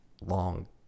long